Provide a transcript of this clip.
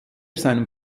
seinen